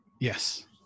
Yes